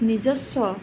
নিজস্ৱ